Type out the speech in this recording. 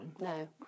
no